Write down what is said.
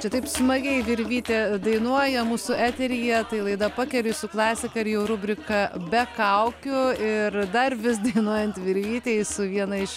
čia taip smagiai virvytė dainuoja mūsų eteryje tai laida pakeri su klasika ir jau rubrika be kaukių ir dar vis dainuojant virvytei su viena iš